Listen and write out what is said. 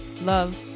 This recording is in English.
love